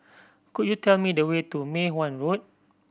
could you tell me the way to Mei Hwan Road